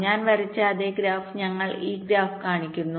ഞാൻ വരച്ച അതേ ഗ്രാഫ് ഞങ്ങൾ ഈ ഗ്രാഫ് കാണിക്കുന്നു